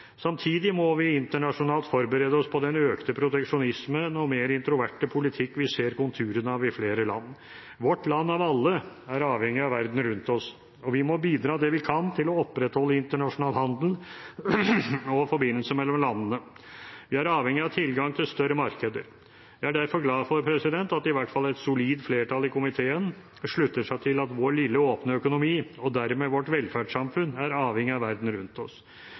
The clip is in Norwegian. Samtidig må vi internasjonalt forberede oss på den økte proteksjonismen og den mer introverte politikken vi ser konturene av i flere land. Vårt land, av alle, er avhengig av verden rundt oss, og vi må bidra det vi kan til å opprettholde internasjonal handel og forbindelse mellom landene. Vi er avhengig av tilgang til større markeder. Jeg er derfor glad for at i hvert fall et solid flertall i komiteen slutter seg til at vår lille, åpne økonomi og dermed vårt velferdssamfunn er avhengig av verden rundt oss,